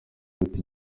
gute